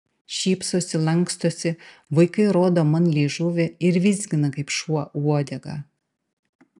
šypsosi lankstosi vaikai rodo man liežuvį ir vizgina kaip šuo uodegą